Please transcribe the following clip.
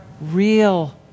real